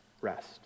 rest